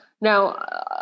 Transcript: Now